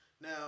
Now